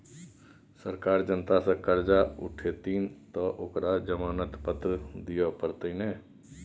सरकार जनता सँ करजा उठेतनि तँ ओकरा जमानत पत्र दिअ पड़तै ने